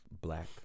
black